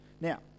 Now